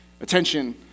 attention